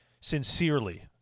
Sincerely